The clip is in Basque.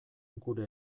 gure